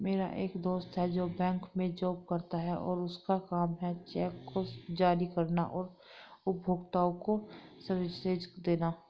मेरा एक दोस्त है जो बैंक में जॉब करता है और उसका काम है चेक को जारी करना और उपभोक्ताओं को सर्विसेज देना